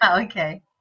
Okay